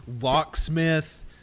locksmith